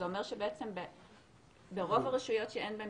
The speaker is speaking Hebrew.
זה אומר שבעצם ברוב הרשויות שאין בהן